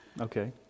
Okay